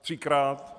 Třikrát?